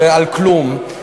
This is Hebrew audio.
ועל כלום.